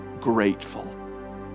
grateful